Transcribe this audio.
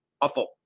Awful